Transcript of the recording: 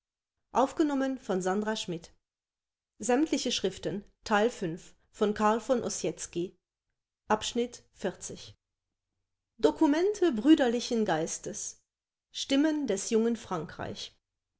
schriften dokumente brüderlichen geistes stimmen des jungen frankreich